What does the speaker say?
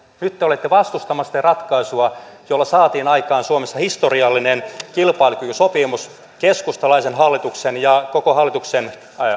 nyt te olette vastustamassa sitä ratkaisua jolla saatiin aikaan suomessa historiallinen kilpailukykysopimus keskustalaisen hallituksen ja koko hallituksen